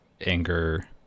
anger